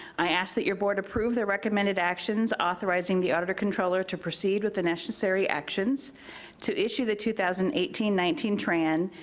i ask that your board approve the recommended actions authorizing the auditor controller to proceed with the necessary actions to issue the two thousand and eighteen nineteen tran,